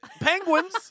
penguins